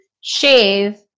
shave